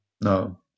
No